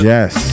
Yes